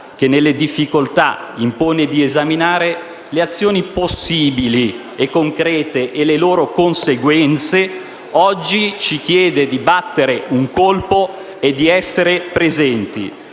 che nelle difficoltà impone di esaminare le azioni possibili e concrete e le loro conseguenze, oggi ci chiede di battere un colpo e di essere presenti.